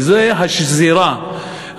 וזה השזירה,